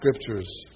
Scriptures